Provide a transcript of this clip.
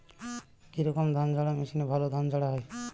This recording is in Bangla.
কি রকম ধানঝাড়া মেশিনে ভালো ধান ঝাড়া হয়?